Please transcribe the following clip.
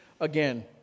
again